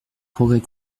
progrès